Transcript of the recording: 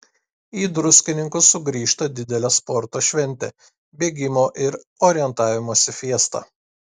į druskininkus sugrįžta didelė sporto šventė bėgimo ir orientavimosi fiesta